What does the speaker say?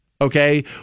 Okay